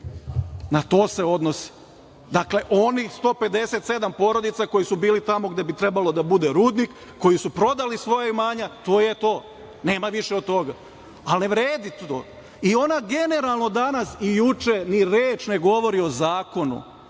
Na to se odnosi. Dakle, onih 157 porodica koje su bile tamo gde bi trebalo da bude rudnik, koje su prodale svoja imanja, to je to. Nema više od toga, ali ne vredi.I ona generalno danas i juče reč ne govori o zakonu.